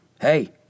Hey